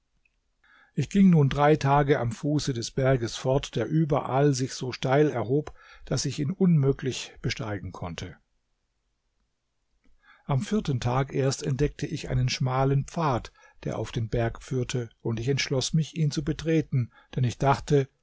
ich ging nun drei tage am fuße des berges fort der überall sich so steil erhob daß ich ihn unmöglich besteigen konnte am vierten tag erst entdeckte ich einen schmalen pfad der auf den berg führte und ich entschloß mich ihn zu betreten denn ich dachte